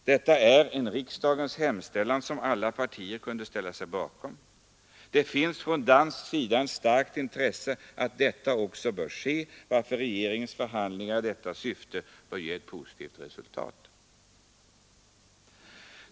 Detta är en riksdags hemställan som alla partier kunde ställa sig bakom. Det finns från dansk sida ett starkt intresse för att detta bör ske, varför regeringens förhandlingar i detta syfte bör ge ett positivt resultat.